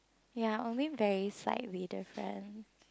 ya only very slight reader friend